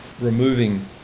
removing